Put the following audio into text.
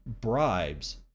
bribes